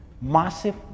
massive